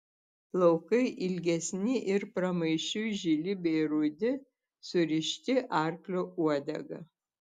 plaukai ilgesni ir pramaišiui žili bei rudi surišti arklio uodega